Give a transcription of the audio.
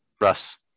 russ